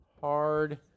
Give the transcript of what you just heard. Hard